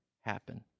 happen